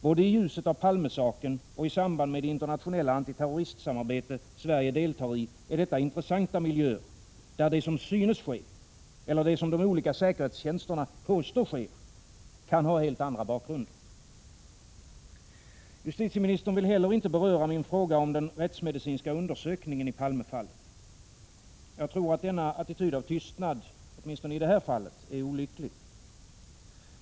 Både i ljuset av Palme-saken och i samband med det internationella antiterroristsamarbete Sverige deltar i är detta intressanta miljöer, där det som synes ske eller det som de olika säkerhetstjänsterna påstår sker kan ha helt andra bakgrunder. Justitieministern vill heller inte beröra min fråga om den rättsmedicinska undersökningen i Palme-fallet. Jag tror att denna attityd av tystnad — åtminstone i detta fall — är olycklig.